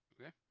Okay